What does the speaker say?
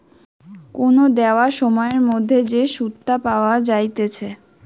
কোন দেওয়া সময়ের মধ্যে যে সুধটা পাওয়া যাইতেছে